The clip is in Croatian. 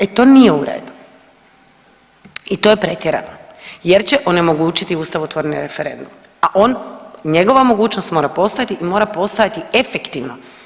E to nije u redu i to je pretjerano jer će onemogućiti ustavotvorni referendum, a on, njegova mogućnost mora postojati i mora postojati efektivno.